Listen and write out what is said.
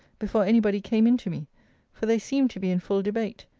before any body came in to me for they seemed to be in full debate.